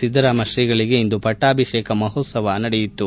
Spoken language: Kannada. ಸಿದ್ದರಾಮ ಶ್ರೀಗಳಿಗೆ ಇಂದು ಪಟ್ಟಾಭಿಷೇಕ ಮಹೋತ್ಸವ ನಡೆಯಿತು